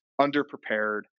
underprepared